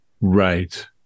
right